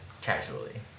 casually